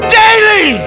daily